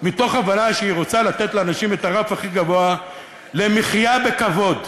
מתוך הבנה שהיא רוצה לתת לאנשים את הרף הכי גבוה למחיה בכבוד.